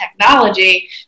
technology